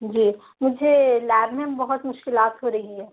جی مجھے لیب میں بہت مشکلات ہو رہی ہیں